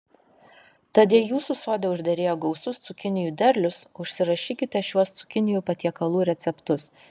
tad jei jūsų sode užderėjo gausus cukinijų derlius užsirašykite šiuos cukinijų patiekalų receptus